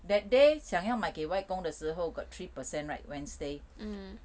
that day 想要买给外公的时候 got three per cent right wednesday